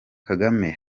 kagame